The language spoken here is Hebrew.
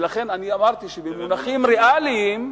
ולכן אני אמרתי שבמונחים ריאליים,